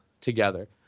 together